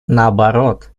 наоборот